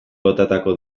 botatako